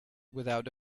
without